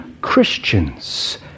Christians